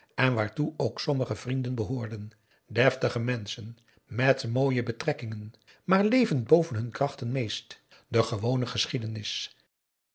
en waartoe ook sommige vrienden behoorden deftige menschen aum boe akar eel met mooie betrekkingen maar levend boven hun krachten meest de gewone geschiedenis